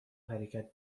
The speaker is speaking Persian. حرکت